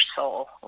soul